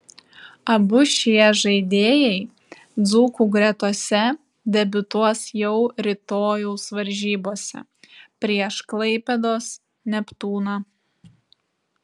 abu šie žaidėjai dzūkų gretose debiutuos jau rytojaus varžybose prieš klaipėdos neptūną